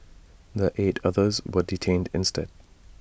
the eight others were detained instead